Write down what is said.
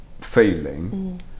feeling